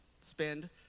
spend